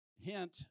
Hint